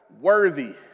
Worthy